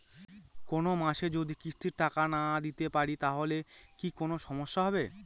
কোনমাসে যদি কিস্তির টাকা না দিতে পারি তাহলে কি কোন সমস্যা হবে?